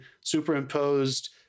superimposed